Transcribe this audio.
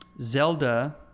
zelda